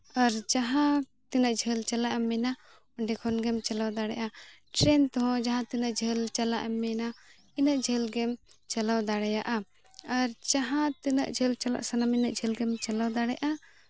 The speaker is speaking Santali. ᱟᱨ ᱡᱟᱦᱟᱸ ᱛᱤᱱᱟᱹᱜ ᱡᱷᱟᱹᱞ ᱪᱟᱞᱟᱜ ᱮᱢ ᱢᱮᱱᱟ ᱚᱸᱰᱮ ᱠᱷᱚᱱ ᱜᱮᱢ ᱪᱟᱞᱟᱣ ᱫᱟᱲᱮᱭᱟᱜᱼᱟ ᱴᱨᱮᱱ ᱛᱮᱦᱚᱸ ᱡᱟᱦᱟᱸ ᱛᱤᱱᱟᱹᱜ ᱡᱷᱟᱹᱞ ᱪᱟᱞᱟᱜ ᱮᱢ ᱢᱮᱱᱟ ᱤᱱᱟᱹᱜ ᱡᱷᱟᱹᱞ ᱜᱮᱢ ᱪᱟᱞᱟᱣ ᱫᱟᱲᱮᱭᱟᱜᱼᱟ ᱟᱨ ᱡᱟᱦᱟᱸ ᱛᱤᱱᱟᱹᱜ ᱡᱷᱟᱹᱞ ᱪᱟᱞᱟᱜ ᱥᱟᱱᱟ ᱢᱮᱭᱟ ᱩᱱᱟᱹᱜ ᱡᱷᱟᱹᱞ ᱜᱮᱢ ᱪᱟᱞᱟᱣ ᱫᱟᱲᱮᱭᱟᱜᱼᱟ